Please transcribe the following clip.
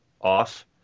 off